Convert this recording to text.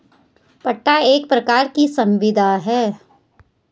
पट्टा एक प्रकार की संविदा है